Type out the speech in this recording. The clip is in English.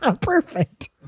Perfect